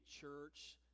church